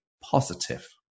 positive